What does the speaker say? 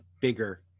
bigger